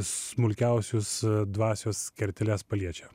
smulkiausius dvasios kerteles paliečia